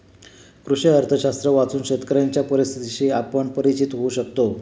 कृषी अर्थशास्त्र वाचून शेतकऱ्यांच्या परिस्थितीशी आपण परिचित होऊ शकतो